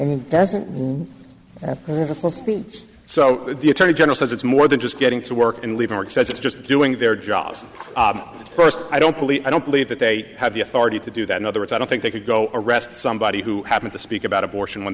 over so the attorney general says it's more than just getting to work and leaving work says it's just doing their jobs first i don't believe i don't believe that they have the authority to do that in other words i don't think they could go arrest somebody who happened to speak about abortion when